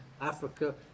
Africa